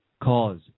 cause